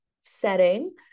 setting